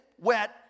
wet